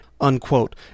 unquote